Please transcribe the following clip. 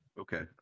Okay